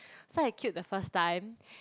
so I queued the first time